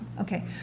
Okay